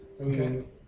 Okay